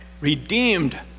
Redeemed